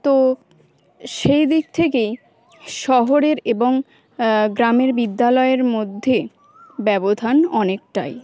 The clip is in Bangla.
তো সেই দিক থেকেই শহরের এবং গ্রামের বিদ্যালয়ের মধ্যে ব্যবধান অনেকটাই